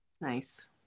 Nice